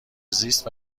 زیست